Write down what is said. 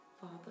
Father